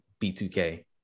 B2K